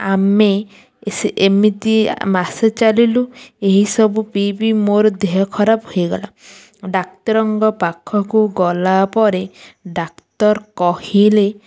ଆମେ ଏମିତି ମାସ ଚାଲିଲୁ ଏହିସବୁ ପିଇପିଇ ମୋର ଦେହ ଖରାପ ହେଇଗଲା ଡାକ୍ତରଙ୍କ ପାଖକୁ ଗଲା ପରେ ଡାକ୍ତର କହିଲେ